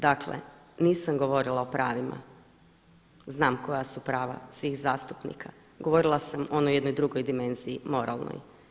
Dakle, nisam govorila o pravima, znam koja su prava svih zastupnika, govorila sam o onoj jednoj drugoj dimenziji, moralnoj.